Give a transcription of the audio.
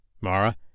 Mara